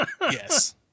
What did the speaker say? Yes